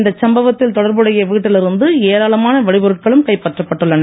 இந்த சம்பவத்தில் தொடர்புடைய வீட்டில் இருந்து ஏராளமான வெடிபொருட்களும் கைப்பற்றப்பட்டுள்ளன